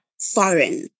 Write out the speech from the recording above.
foreign